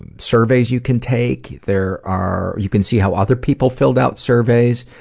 and surveys you can take. there are you can see how other people filled out surveys,